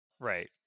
Right